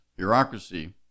Bureaucracy